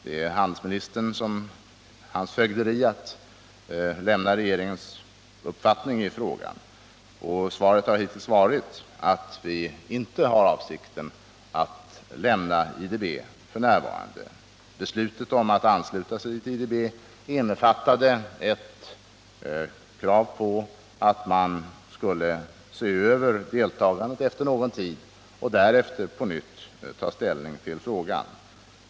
Det ligger inom handelsministerns fögderi att redogöra för regeringens uppfattning om detta, och svaret har hittills varit att vi f. n. inte har avsikten att lämna IDB. Beslutet om att ansluta sig till IDB innefattade ett krav på att man skulle se över deltagandet efter någon tid och därefter på nytt ta ställning till frågan.